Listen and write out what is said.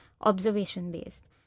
observation-based